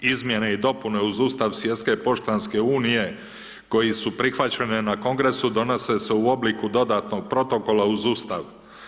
Izmjene i dopune uz Ustav Svjetske poštanske unije koje su prihvaćene na Kongresu donose se u obliku dodatnog protokola uz Ustav.